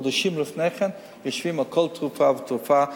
חודשים לפני כן יושבים על כל תרופה ותרופה,